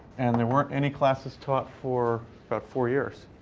and there weren't any classes taught for about four years.